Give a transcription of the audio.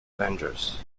avengers